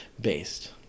based